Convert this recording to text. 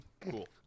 Cool